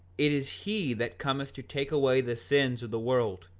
it is he that cometh to take away the sins of the world,